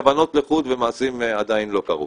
כוונות לחוד ומעשים עדיין לא קרו.